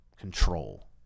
control